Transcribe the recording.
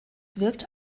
wirkt